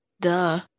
Duh